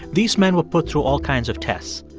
these men were put through all kinds of tests.